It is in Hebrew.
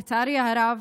לצערי הרב,